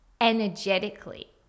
energetically